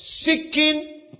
seeking